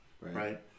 right